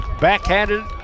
backhanded